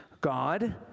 God